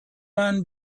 man